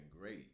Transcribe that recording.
great